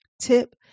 tip